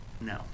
No